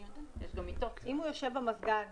אם הוא יושב במזגן